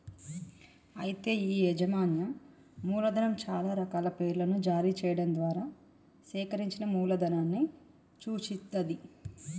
అయితే ఈ యాజమాన్యం మూలధనం చాలా రకాల పేర్లను జారీ చేయడం ద్వారా సేకరించిన మూలధనాన్ని సూచిత్తది